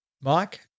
Mike